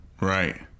Right